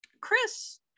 Chris